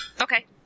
Okay